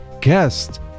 guest